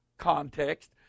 Context